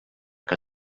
que